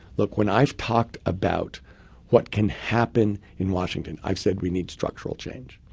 look, when i've talked about what can happen in washington, i've said we need structural change.